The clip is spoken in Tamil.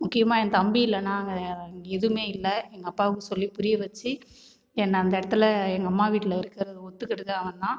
முக்கியமாக என் தம்பி இல்லைன்னா எதுவுமே இல்லை எங்கள் அப்பாவுக்கு சொல்லி புரியவச்சு என்ன அந்த இடத்துல எங்கள் அம்மா வீட்டில் இருக்குறது ஒத்துகிட்டது அவன் தான்